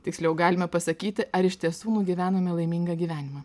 tiksliau galime pasakyti ar iš tiesų nugyvenome laimingą gyvenimą